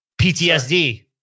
PTSD